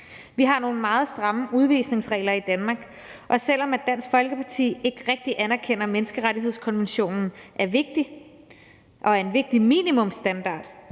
Vi har nogle meget stramme udvisningsregler i Danmark, og selv om Dansk Folkeparti ikke rigtig anerkender, at menneskerettighedskonventionen er vigtig og sætter en vigtig minimumsstandard